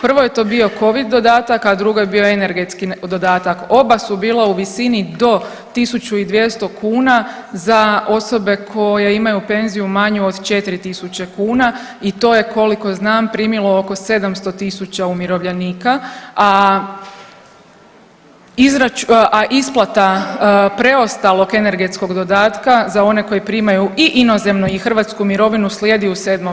Prvo je to bio Covid dodatak, a drugo je bio energetski dodatak, oba su bila u visini do 1200 kuna za osobe koje imaju penziju manju od 4 tisuće kuna i to je koliko znam, primilo oko 700 tisuća umirovljenika, a izračun, a ispada preostalog energetskog dodatka za one koji primaju i inozemnu i hrvatsku mirovinu slijedi u 7. mjesecu.